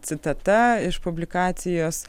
citata iš publikacijos